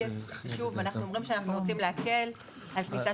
אנחנו אומרים שאנחנו רוצים להקל על כניסה